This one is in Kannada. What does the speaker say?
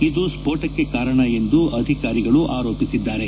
ಇದು ಸ್ಫೋಟಕ್ಕೆ ಕಾರಣ ಎಂದು ಅಧಿಕಾರಿಗಳು ಆರೋಪಿಸಿದ್ದಾರೆ